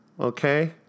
Okay